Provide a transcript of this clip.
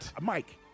Mike